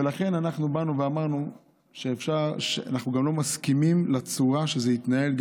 ולכן אנחנו אמרנו שאנחנו לא מסכימים לצורה שבה זה התנהל.